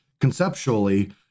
conceptually